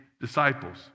disciples